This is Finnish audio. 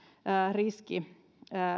riski